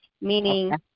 meaning